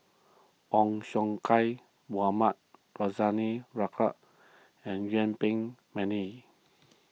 Ong Siong Kai Mohamed Rozani and Yuen Peng McNeice